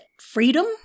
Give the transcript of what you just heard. freedom